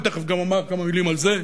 ותיכף גם אומר כמה מלים על זה,